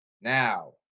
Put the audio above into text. Now